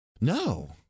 No